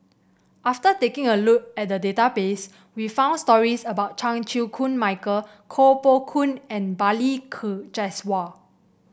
after taking a look at the database we found stories about Chan Chew Koon Michael Koh Poh Koon and Balli Kaur Jaswal